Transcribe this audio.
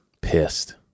Pissed